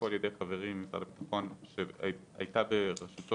--- חברי ממשרד הביטחון הזכיר ועדה בראשותו